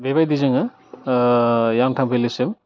बेबादि जोङो यांटां भेलिसिम